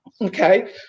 Okay